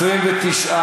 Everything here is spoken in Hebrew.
התשע"ו 2016, נתקבלה.